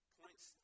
points